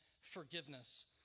forgiveness